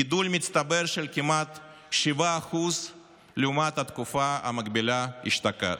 גידול מצטבר של כמעט 7% לעומת התקופה המקבילה אשתקד.